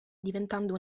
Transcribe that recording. diventando